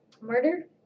Murder